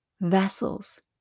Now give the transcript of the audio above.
vessels